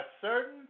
certain